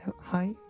hi